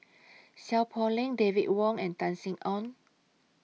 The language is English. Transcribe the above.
Seow Poh Leng David Wong and Tan Sin Aun